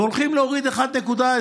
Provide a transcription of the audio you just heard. והולכים להוריד 1.23%,